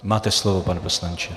Máte slovo, pane poslanče.